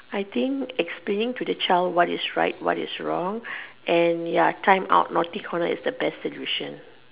I think explaining to the child what is right what is wrong and ya time out naughty corner is the best solution